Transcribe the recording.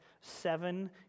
seven